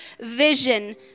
vision